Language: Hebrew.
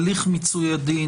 הליך מיצוי הדין,